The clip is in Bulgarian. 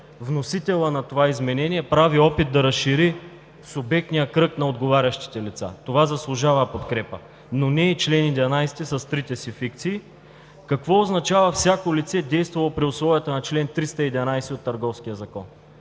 вносителят на това изменение прави опит да разшири субектния кръг на отговарящите лица. Това заслужава подкрепа, но не и чл. 11 с трите си фикции. Какво означава всяко лице, действало при условията на чл. 311 от Търговския закон?